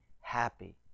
happy